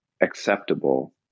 acceptable